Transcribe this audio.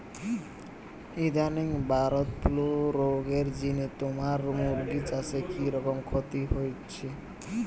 ইদানিং bird flu রগের জিনে তুমার মুরগি চাষে কিরকম ক্ষতি হইচে?